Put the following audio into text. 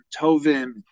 Tovim